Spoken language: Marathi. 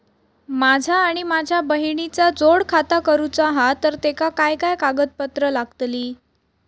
माझा आणि माझ्या बहिणीचा जोड खाता करूचा हा तर तेका काय काय कागदपत्र लागतली?